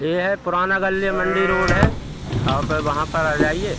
यह है पुराणी गली मंडी रोड है आप वहाँ पर आ जाइए